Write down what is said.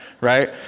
Right